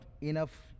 enough